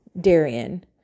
Darian